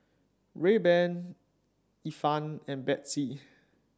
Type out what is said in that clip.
Rayban Ifan and Betsy